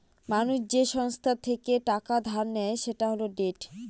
মানুষ যে সংস্থা থেকে টাকা ধার নেয় সেটা হল ডেট